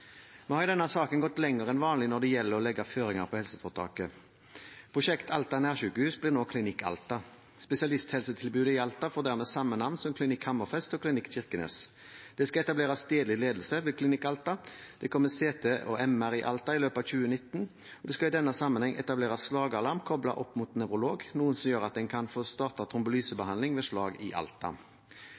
Vi har i denne saken gått lenger enn vanlig når det gjelder å legge føringer for helseforetaket. Prosjekt Alta Nærsykehus blir nå Klinikk Alta. Spesialisthelsetilbudet i Alta får dermed samme navn som Klinikk Hammerfest og Klinikk Kirkenes. Det skal etableres stedlig ledelse ved Klinikk Alta. Det kommer CT og MR i Alta i løpet av 2019, og det skal i denne sammenheng etableres slagalarm koblet opp mot nevrolog, noe som gjør at en kan få startet trombolysebehandling ved slag i Alta.